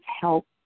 help